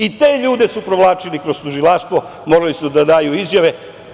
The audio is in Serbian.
I te ljude su provlačili kroz tužilaštvo, morali su da daju izjave.